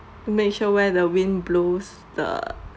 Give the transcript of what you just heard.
make sure where the wind blows the